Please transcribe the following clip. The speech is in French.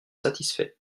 satisfaits